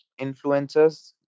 Influencers